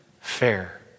fair